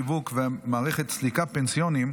שיווק ומערכת סליקה פנסיוניים)